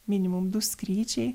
minimum du skrydžiai